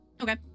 Okay